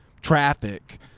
traffic